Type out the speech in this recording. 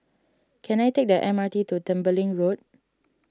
can I take the M R T to Tembeling Road